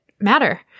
matter